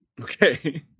okay